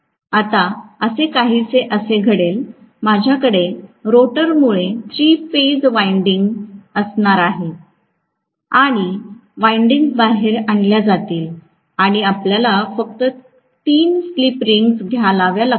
आता असे काहीसे असे घडेल माझ्याकडे रोटरमुळे थ्री फेज वाईन्डिन्ग असणार असेल आणि विंडिंग्ज बाहेर आणल्या जातील आणि आपल्याला फक्त 3 स्लिप रिंग्ज घालाव्या लागतील